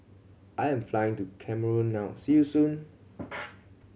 I'm flying to Cameroon now see you soon